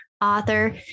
author